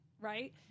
right